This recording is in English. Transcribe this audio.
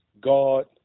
God